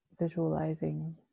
visualizing